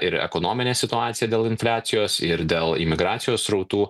ir ekonominė situacija dėl infliacijos ir dėl imigracijos srautų